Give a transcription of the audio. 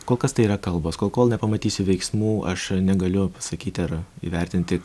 kol kas tai yra kalbos kol kol nepamatysiu veiksmų aš negaliu pasakyti ar įvertinti